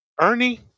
Ernie